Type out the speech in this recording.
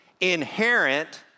Inherent